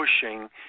pushing